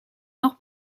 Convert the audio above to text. nord